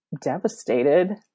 devastated